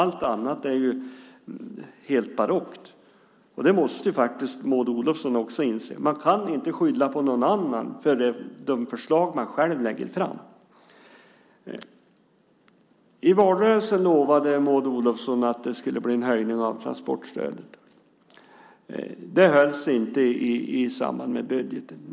Allt annat är ju helt barockt. Det måste faktiskt Maud Olofsson också inse. Man kan inte skylla på någon annan för de förslag man själv lägger fram. I valrörelsen lovade Maud Olofsson att det skulle bli en höjning av transportstödet. Det hölls inte i samband med budgeten.